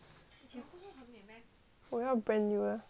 我要 brand new 的